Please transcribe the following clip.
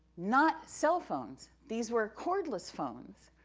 not cell phones, these were cordless phones,